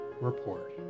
Report